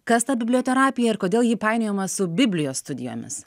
kas ta biblioterapija ir kodėl ji painiojama su biblijos studijomis